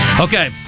Okay